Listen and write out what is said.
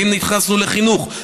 ואם נכנסנו לחינוך,